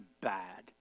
bad